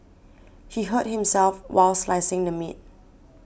he hurt himself while slicing the meat